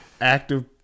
active